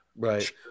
Right